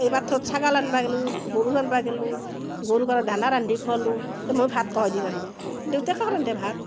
সেই পাথৰত ছাগাল আনবা গেলোঁ গৰু আনবা গেলোঁ গৰুক আৰু দানা ৰান্ধি খুৱালোঁ তে মই ভাত কহয় দি ৰান্ধোঁ দেউতাকে ৰান্ধে ভাত